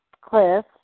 cliff